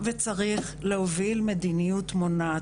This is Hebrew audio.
כיוון.